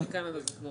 הממשלה עושה את זה.